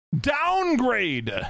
downgrade